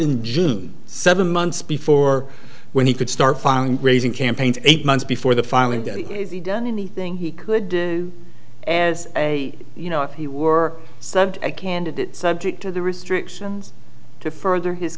in seven months before when he could start filing raising campaigns eight months before the final and done anything he could and you know if he were subbed a candidate subject to the restrictions to further his